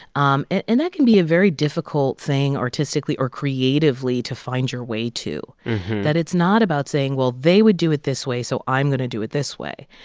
um and that can be a very difficult thing artistically or creatively to find your way to that it's not about saying, well, they would do it this way, so i'm going to do it this way.